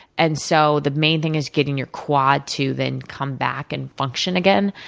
and so, the main thing is getting your quad to, then, come back and function again.